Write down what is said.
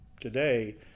today